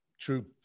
True